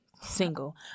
Single